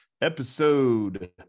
episode